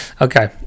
okay